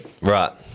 Right